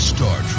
Star